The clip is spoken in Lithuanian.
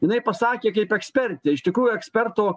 jinai pasakė kaip ekspertė iš tikrųjų eksperto